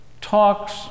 talks